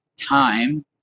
time